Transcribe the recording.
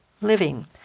Living